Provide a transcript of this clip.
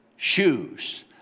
Shoes